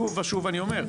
שוב ושוב אני אומר,